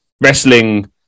wrestling